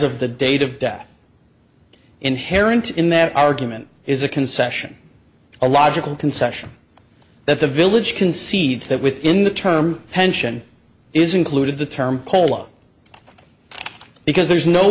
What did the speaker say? of the date of death inherent in that argument is a concession a logical concession that the village concedes that within the term pension is included the term kolo because there's no